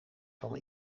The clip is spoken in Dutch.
van